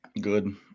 good